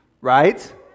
right